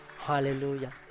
Hallelujah